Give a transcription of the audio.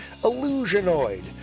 Illusionoid